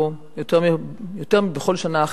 יותר מבכל שנה אחרת,